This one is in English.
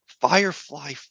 Firefly